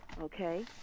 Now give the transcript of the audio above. okay